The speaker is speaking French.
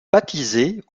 baptisé